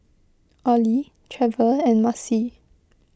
Ollie Trever and Marcy